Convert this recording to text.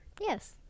Yes